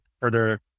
further